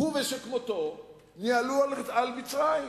הוא ושכמותו ניהלו על מצרים,